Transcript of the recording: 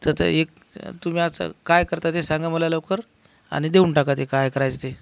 तर ते एक तुम्ही आता काय करता ते सांगा मला लवकर आणि देऊन टाका ते काय करायचं ते